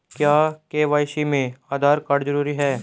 क्या के.वाई.सी में आधार कार्ड जरूरी है?